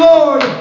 Lord